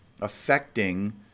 affecting